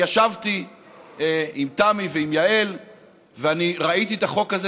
אני ישבתי עם תמי ועם יעל ואני ראיתי את החוק הזה.